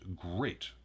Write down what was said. great